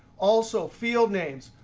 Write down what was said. also, field names,